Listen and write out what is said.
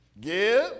Give